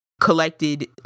collected